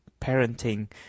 parenting